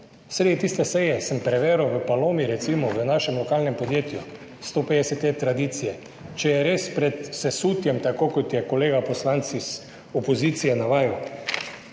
Sredi tiste seje sem preveril glede Palome, recimo v našem lokalnem podjetju je 150 let tradicije, če je res pred sesutjem, tako kot je navajal kolega poslanec iz opozicije, ni res.